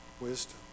wisdom